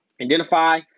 identify